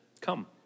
come